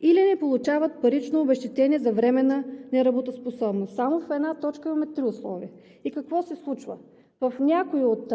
„или не получават парично обезщетение за временна неработоспособност“. Само в една точка имаме три условия. И какво се случва? В някои от